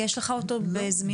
יש לך אותו בזמינות?